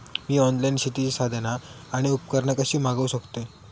मी online शेतीची साधना आणि उपकरणा कशी मागव शकतय?